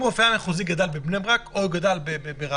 אם הרופא המחוזי גדל בבני ברק או שהוא גדל ברעננה